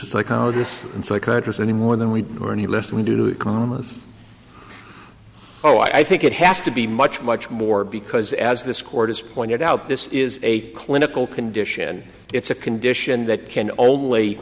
a psychologist and psychiatrist any more than we are any less than we do with commas oh i think it has to be much much more because as this court has pointed out this is a clinical condition it's a condition that can only